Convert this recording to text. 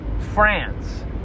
France